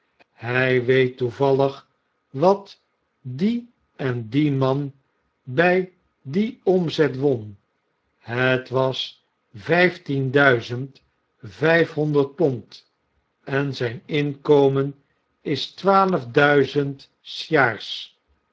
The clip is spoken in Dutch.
hij weet toevallig wat die en die man bij dien omzet won het was vyftienduizend vgfhonderd pond en zijn inkomen is twaalfduizend sjaars